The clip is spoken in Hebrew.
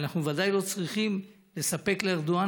ואנחנו ודאי לא צריכים לספק לארדואן